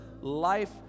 life